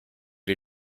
die